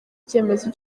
icyemezo